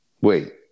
Wait